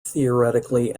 theoretically